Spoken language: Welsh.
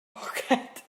poced